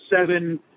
seven